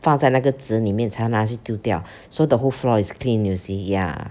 放在那个子里面才拿去丢掉 so the whole floor is clean you see ya